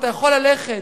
אתה יכול ללכת,